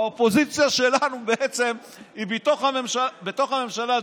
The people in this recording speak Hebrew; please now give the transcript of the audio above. האופוזיציה שלנו היא בעצם בתוך הממשלה,